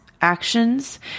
actions